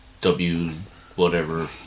W-whatever